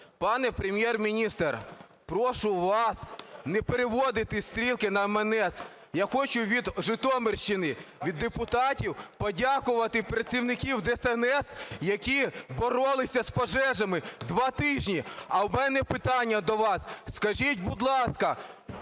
Пане Прем'єр-міністре, прошу вас не переводити стрілки на МНС. Я хочу від Житомирщини, від депутатів подякувати працівникам ДСНС, які боролися з пожежами 2 тижні. А у мене питання до вас. Скажіть, будь ласка,